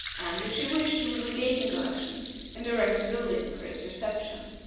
and if she wished, he would regain the collection and erect a building for its reception.